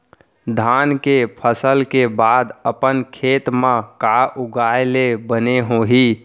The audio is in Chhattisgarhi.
धान के फसल के बाद अपन खेत मा का उगाए ले बने होही?